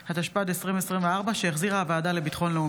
התשפ"ד 2024, שהחזירה הוועדה לביטחון לאומי.